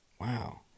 Wow